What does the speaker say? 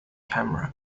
camera